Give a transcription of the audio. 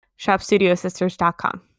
shopstudiosisters.com